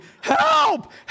help